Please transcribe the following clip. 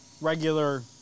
regular